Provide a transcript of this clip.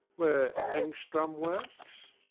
where engstrand works?